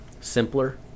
simpler